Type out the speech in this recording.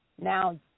Now